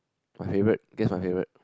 my favourite guess my favourite